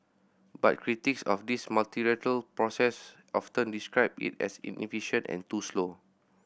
but critics of this multilateral process often describe it as inefficient and too slow